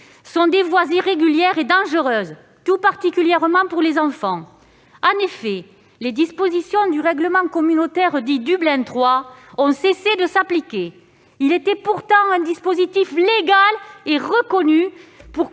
sont des voies irrégulières et dangereuses, tout particulièrement pour les enfants. En effet, les dispositions du règlement communautaire dit Dublin III ont cessé de s'appliquer. Il s'agissait pourtant d'un dispositif légal et reconnu